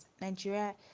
Nigeria